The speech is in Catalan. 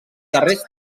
darrers